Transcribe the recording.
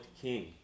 king